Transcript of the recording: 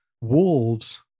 Wolves